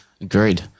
Agreed